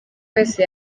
wese